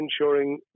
ensuring